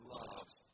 loves